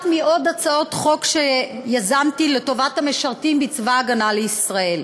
מעוד הצעות חוק שיזמתי לטובת המשרתים בצבא הגנה לישראל.